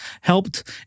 helped